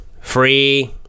free